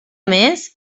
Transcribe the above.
més